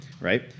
right